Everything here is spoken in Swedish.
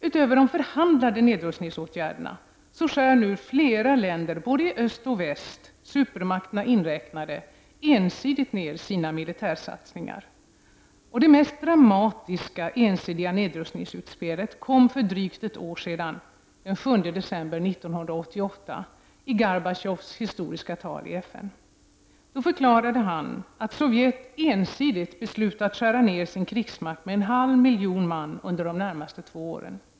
Utöver de förhandlade nedrustningsåtgärderna minskar nu flera länder i både öst och väst — supermakterna inräknade — ensidigt sina militärsatsningar. Det mest dramatiska ensidiga nedrustningsutspelet kom för drygt ett år sedan, den 7 december 1988 i Gorbatjovs historiska tal i FN. Gorbatjov förklarade att Sovjet ensidigt hade beslutat reducera sin krigsmakt med en halv miljon man under de närmaste två åren.